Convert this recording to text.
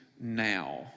now